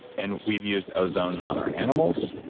and we've used ozone on our animals.